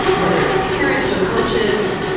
whether it's parents or coaches,